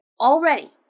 Already